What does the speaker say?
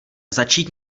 začít